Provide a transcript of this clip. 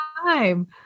time